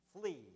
flee